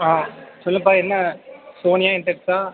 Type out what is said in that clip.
ஆ சொல்லுப்பா என்ன சோனியா இன்டெக்ஸா